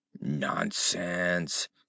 Nonsense